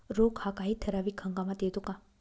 रोग हा काही ठराविक हंगामात येतो का?